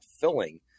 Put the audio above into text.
filling